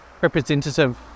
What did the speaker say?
representative